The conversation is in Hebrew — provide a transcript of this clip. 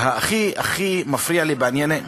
והכי הכי מפריע לי בעניין הזה,